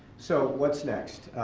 so, what's next?